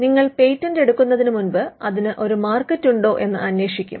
നിങ്ങൾ പേറ്റന്റ് എടുക്കുന്നതിന് മുമ്പ് അതിന് ഒരു മാർക്കറ്റ് ഉണ്ടോ എന്ന് അന്വേഷിക്കും